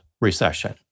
recession